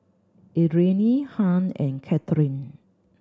Adrienne Hunt and Kathyrn